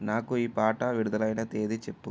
నాకు ఈ పాట విడుదలైన తేదీ చెప్పు